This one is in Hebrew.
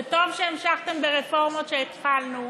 זה טוב שהמשכתם ברפורמות שהתחלנו,